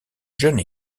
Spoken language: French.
jeune